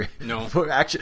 No